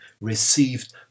received